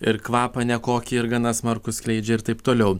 ir kvapą nekokį ir gana smarkų skleidžia ir taip toliau